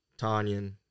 Tanyan